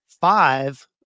five